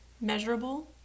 measurable